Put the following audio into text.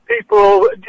people